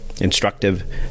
instructive